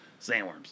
sandworms